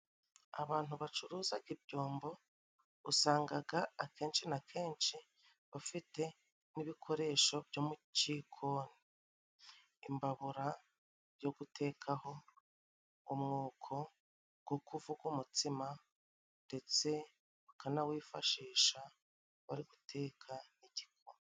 Abantu bacuruzaga ibyombo usangaga akenshi na kenshi bafite n'ibikoresho byo mucikoni. Imbabura go gutekaho, umwuko go kuvuga umutsima ndetse bakanawifashisha bari guteka igikoma.